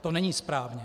To není správně.